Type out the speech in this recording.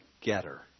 getter